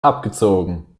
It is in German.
abgezogen